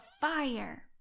fire